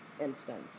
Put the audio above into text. instance